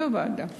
לוועדה.